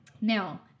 now